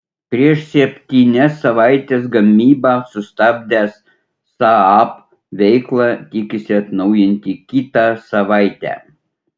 prieš septynias savaites gamybą sustabdęs saab veiklą tikisi atnaujinti kitą savaitę